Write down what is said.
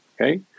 okay